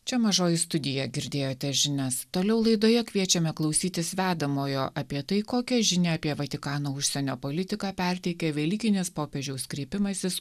čia mažoji studija girdėjote žinias toliau laidoje kviečiame klausytis vedamojo apie tai kokią žinią apie vatikano užsienio politiką perteikia velykinis popiežiaus kreipimasis